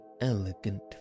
elegant